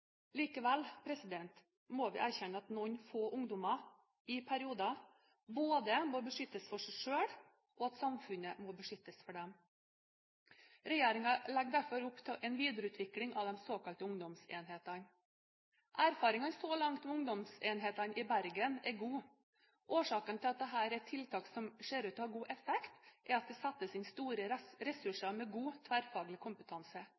Likevel må vi erkjenne at noen få ungdommer i perioder både må beskyttes mot seg selv, og at samfunnet må beskyttes mot dem. Regjeringen legger derfor opp til en videreutvikling av de såkalte ungdomsenhetene. Erfaringene så langt med ungdomsenhetene i Bergen er gode. Årsakene til at dette er et tiltak som ser ut til å ha god effekt, er at det settes inn store ressurser med god tverrfaglig kompetanse.